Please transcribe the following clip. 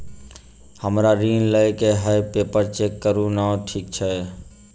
हमरा ऋण लई केँ हय पेपर चेक करू नै ठीक छई?